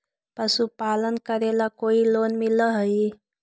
पशुपालन करेला कोई लोन मिल हइ?